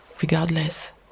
regardless